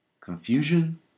Confusion